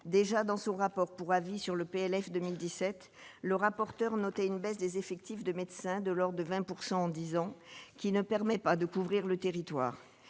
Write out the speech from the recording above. déjà, dans son rapport pour avis sur le PLF 2017, le rapporteur noté une baisse des effectifs de médecins de l'Ordre de 20 pourcent en 10 ans, qui ne permet pas de couvrir le territoire,